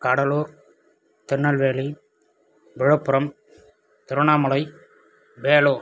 Cuddalore Tirunelveli Villupuram Tiruvannamalai Vellore